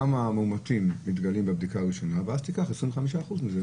כמה מאומתים מתגלים בבדיקה הראשונה ואז תיקח 25 אחוזים.